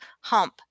hump